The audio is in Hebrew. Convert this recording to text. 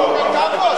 אורבך.